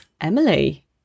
Emily